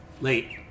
late